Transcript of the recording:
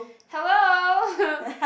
hello